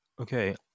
Okay